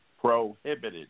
prohibited